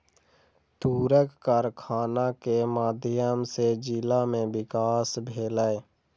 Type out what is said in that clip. तूरक कारखाना के माध्यम सॅ जिला में विकास भेलै